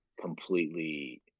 completely